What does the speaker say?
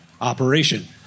operation